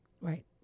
Right